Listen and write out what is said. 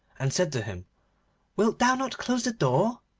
and said to him wilt thou not close the door?